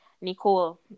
Nicole